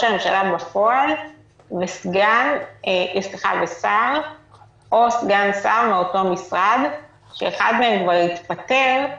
הממשלה בפועל ושר או סגן שר מאותו המשרד שאחד מהם כבר התפטר,